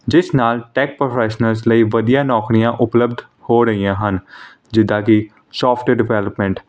ਜਿਸ ਨਾਲ tech professionals ਲਈ ਵਧੀਆ ਨੌਕਰੀਆਂ ਉਪਲੱਬਧ ਹੋ ਰਹੀਆਂ ਹਨ ਜਿੱਦਾਂ ਕਿ ਸੋਫਟ ਡਿਵੈਲਪਮੈਂਟ